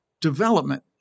development